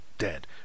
dead